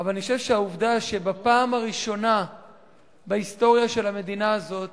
אבל אני חושב שהעובדה היא שבפעם הראשונה בהיסטוריה של המדינה הזאת